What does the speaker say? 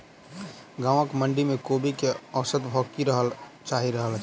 गाँवक मंडी मे कोबी केँ औसत भाव की चलि रहल अछि?